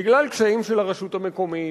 בגלל קשיים של הרשות המקומית,